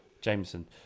Jameson